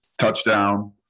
touchdown